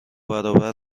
برابر